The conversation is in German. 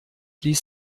ließ